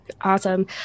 Awesome